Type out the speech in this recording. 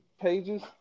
pages